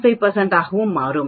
5 ஆகவும் மாறும்